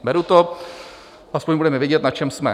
Beru to, aspoň budeme vědět, na čem jsme.